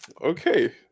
okay